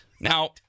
Now